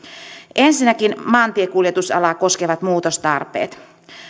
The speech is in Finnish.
ensinnäkin maantiekuljetusalaa koskevat muutostarpeet